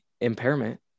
impairment